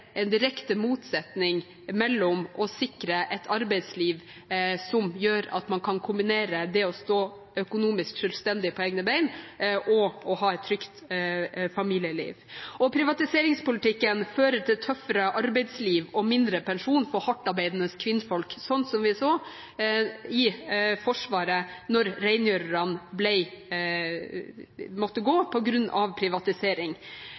en direkte motsetning mellom å sikre et arbeidsliv som gjør at man kan kombinere det å stå økonomisk selvstendig på egne ben, med å ha et trygt familieliv. Privatiseringspolitikken fører til tøffere arbeidsliv og mindre pensjon for hardtarbeidende kvinner, noe vi så da rengjørerne i Forsvaret måtte gå på grunn av privatisering.